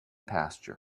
pasture